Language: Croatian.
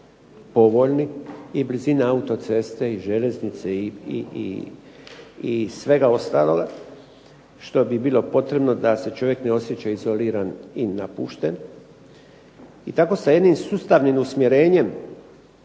povoljni i blizina autoceste i željeznice i svega ostaloga što bi bilo potrebno da se čovjek ne osjeća izoliran i napušten. I tako sa jednim sustavnim usmjerenjem